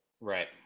right